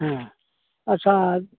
ᱦᱮᱸ ᱟᱪᱪᱷᱟ